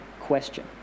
question